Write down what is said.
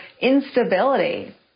instability